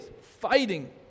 fighting